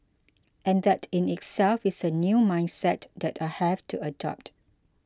and that in itself is a new mindset that I have to adopt